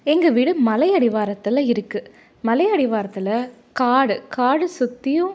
எங்கள் வீடு மலையடிவாரத்தில் இருக்கு மலையடிவாரத்தில் காடு காடு சுற்றியும்